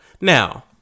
Now